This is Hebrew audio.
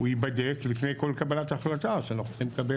הוא ייבדק לפני כל קבלת החלטה שאנחנו צריכים לקבל.